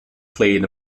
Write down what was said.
played